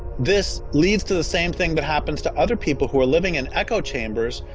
this leads to the same thing that happens to other people who are living in echo chambers,